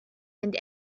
and